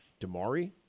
Damari